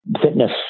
fitness